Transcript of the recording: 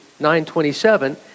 9.27